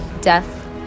death